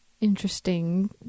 Interesting